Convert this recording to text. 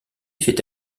fait